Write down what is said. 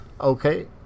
okay